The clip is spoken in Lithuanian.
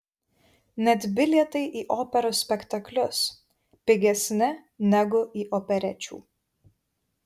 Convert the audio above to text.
net bilietai į operos spektaklius pigesni negu į operečių